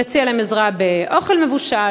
נציע להן עזרה באוכל מבושל,